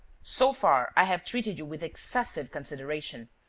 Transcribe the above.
so far, i have treated you with excessive consideration.